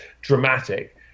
dramatic